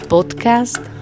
Podcast